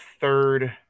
third